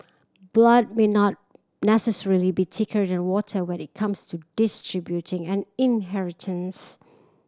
blood may not necessarily be thicker than water when it comes to distributing an inheritance